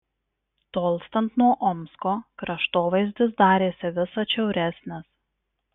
tolstant nuo omsko kraštovaizdis darėsi vis atšiauresnis